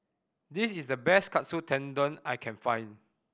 this is the best Katsu Tendon I can find